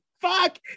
Fuck